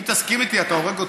אם תסכים איתי, אתה הורג אותי,